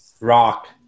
Rock